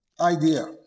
idea